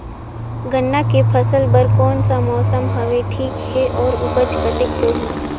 गन्ना के फसल बर कोन सा मौसम हवे ठीक हे अउर ऊपज कतेक होही?